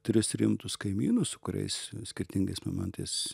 tris rimtus kaimynus su kuriais skirtingais momentais